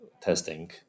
testing